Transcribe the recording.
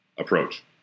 approach